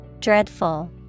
Dreadful